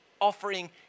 offering